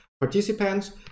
participants